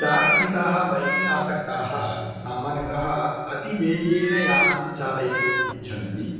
प्रारम्भिकाः बैकिङ्ग् आसक्ताः समान्यतः अतिवेगेन यानं चालयितुम् इच्छन्ति